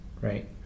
right